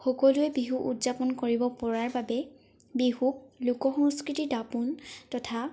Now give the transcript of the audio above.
সকলোৱে বিহু উদযাপন কৰিব পৰাৰ বাবেই বিহুক লোক সংস্কৃতিৰ দাপোন তথা